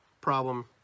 problem